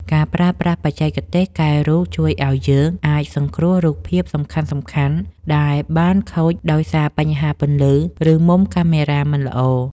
ការប្រើប្រាស់បច្ចេកទេសកែរូបជួយឱ្យយើងអាចសង្គ្រោះរូបភាពសំខាន់ៗដែលបានថតខូចដោយសារបញ្ហាពន្លឺ ឬមុំកាមេរ៉ាមិនល្អ។